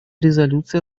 резолюции